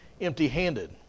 empty-handed